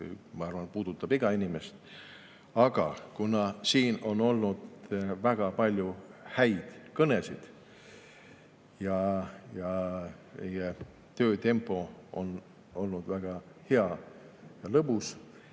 ma arvan, puudutab igat inimest. Aga kuna siin on olnud väga palju häid kõnesid ja meie töötempo on olnud väga hea ja lõbus